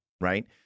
right